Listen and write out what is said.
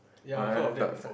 ya I heard of that before